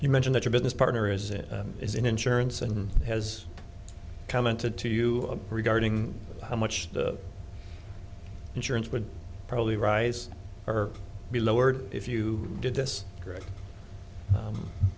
you mention that your business partner is it is an insurance and has commented to you regarding how much the insurance would probably rise or be lowered if you did this